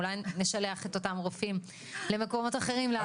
אולי נשלח את אותם רופאים למקומות אחרים לעבוד בהם.